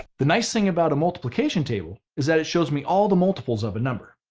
the nice thing about a multiplication table is that it shows me all the multiples of a number.